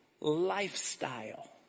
lifestyle